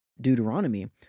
Deuteronomy